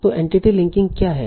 तो entity linking क्या है